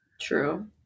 True